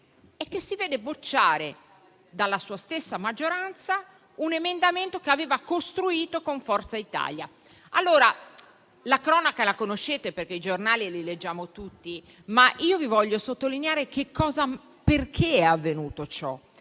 e che si vede bocciare dalla sua stessa maggioranza un emendamento che aveva costruito con Forza Italia. La cronaca la conoscete, perché i giornali li leggiamo tutti, ma io vi voglio sottolineare perché è avvenuto ciò.